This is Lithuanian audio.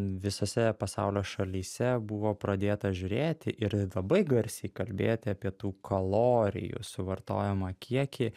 visose pasaulio šalyse buvo pradėta žiūrėti ir labai garsiai kalbėti apie tų kalorijų suvartojamą kiekį